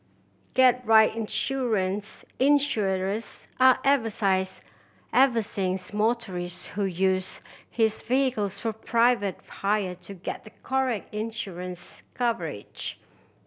get right insurance Insurers are motorists who use his vehicles for private hire to get the correct insurance coverage